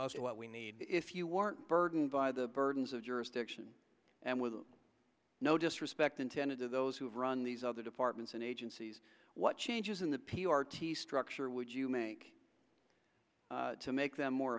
of what we need if you weren't burdened by the burdens of jurisdiction and with no disrespect intended to those who run these other departments and agencies what changes in the p r t structure would you make to make them more